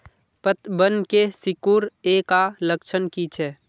पतबन के सिकुड़ ऐ का लक्षण कीछै?